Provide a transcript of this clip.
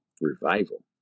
revival